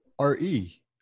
RE